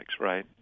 right